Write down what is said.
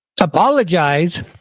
apologize